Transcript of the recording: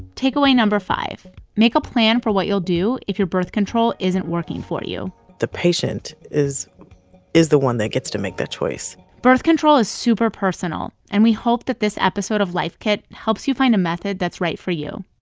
takeaway no. five make a plan for what you'll do if your birth control isn't working for you the patient is is the one that gets to make that choice birth control is super-personal, and we hope that this episode of life kit helps you find a method that's right for you